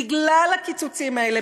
בגלל הקיצוצים האלה,